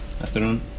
afternoon